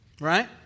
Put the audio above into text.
right